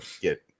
get